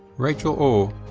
rachael orr,